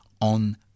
on